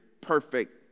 perfect